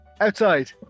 Outside